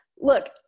look